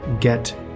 get